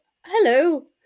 hello